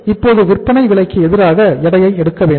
இப்போது விற்பனை விலைக்கு எதிராக எடையை எடுக்க வேண்டும்